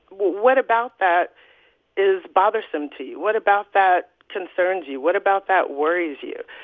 what about that is bothersome to you? what about that concerns you? what about that worries you?